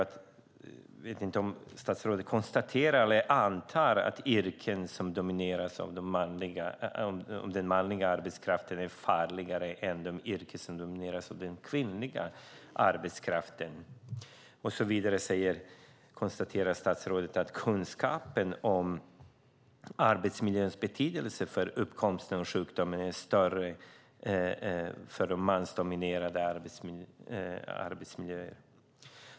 Jag vet inte om statsrådet konstaterar eller antar att yrken som domineras av den manliga arbetskraften är farligare än de yrken som domineras av den kvinnliga arbetskraften. Vidare konstaterar statsrådet att kunskapen om arbetsmiljöns betydelse för uppkomsten av sjukdom är större för mansdominerade arbetsmiljöer.